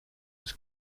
was